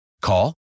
Call